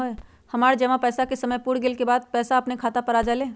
हमर जमा पैसा के समय पुर गेल के बाद पैसा अपने खाता पर आ जाले?